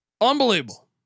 Unbelievable